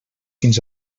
fins